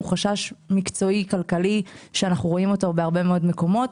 הוא חשש מקצועי כלכלי שאנחנו רואים אותו בהרבה מאוד מקומות,